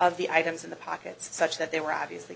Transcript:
of the items in the pocket such that they were obviously